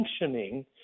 functioning